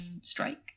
strike